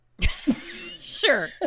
Sure